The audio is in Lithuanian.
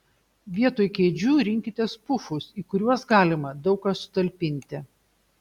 vietoj kėdžių rinkitės pufus į kuriuos galima daug ką sutalpinti